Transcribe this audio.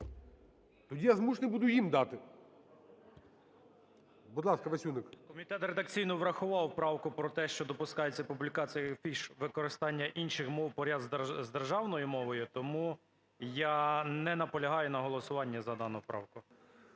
Тоді я змушений буду їм дати. Будь ласка, Васюник. 14:01:59 ВАСЮНИК І.В. Комітет редакційно врахував правку про те, що допускається в публікації афіш використання інших мов поряд з державною мовою. Тому я не наполягаю на голосуванні за дану правку.